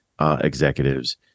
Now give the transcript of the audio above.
executives